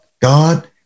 God